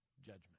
judgment